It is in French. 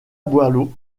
boileau